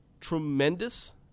tremendous